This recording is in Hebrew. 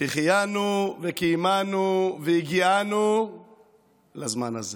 שהחיינו וקיימנו והגיענו לזמן הזה.